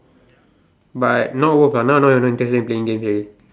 but not worth lah now no no intention playing games already